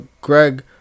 Greg